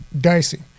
dicey